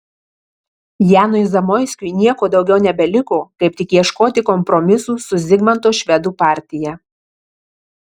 janui zamoiskiui nieko daugiau nebeliko kaip tik ieškoti kompromisų su zigmanto švedų partija